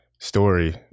story